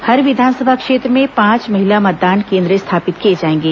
हर विधानसभा क्षेत्र में पांच महिला मतदान केंद्र स्थापित किए जाएंगे